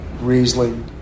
Riesling